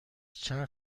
چند